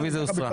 הרביזיה הוסרה.